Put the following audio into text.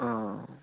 অঁ অঁ